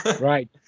Right